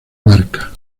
marca